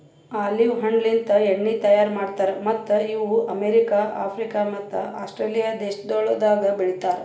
olive ಹಣ್ಣಲಿಂತ್ ಎಣ್ಣಿ ತೈಯಾರ್ ಮಾಡ್ತಾರ್ ಮತ್ತ್ ಇವು ಅಮೆರಿಕ, ಆಫ್ರಿಕ ಮತ್ತ ಆಸ್ಟ್ರೇಲಿಯಾ ದೇಶಗೊಳ್ದಾಗ್ ಬೆಳಿತಾರ್